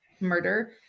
murder